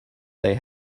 they